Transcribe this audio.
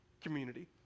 community